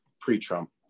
pre-Trump